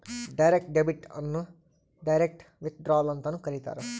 direct debit ಅನ್ನು direct withdrawal ಅಂತನೂ ಕರೀತಾರ